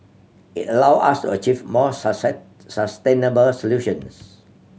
it allow us achieve more sustainable solutions